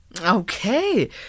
Okay